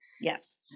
Yes